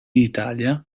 italia